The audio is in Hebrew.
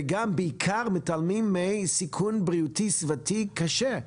וגם בעיקר מתעלמים מסיכון בריאותי סביבתי קשה?